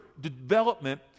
development